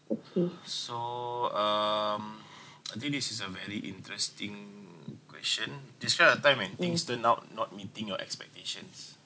okay so um I think this is a very interesting(mm) question describe a time when things turn out not meeting your expectations